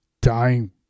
dying